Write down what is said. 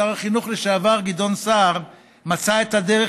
שר החינוך לשעבר גדעון סער מצא את הדרך